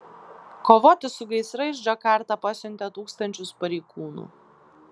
kovoti su gaisrais džakarta pasiuntė tūkstančius pareigūnų